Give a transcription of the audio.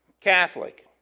Catholic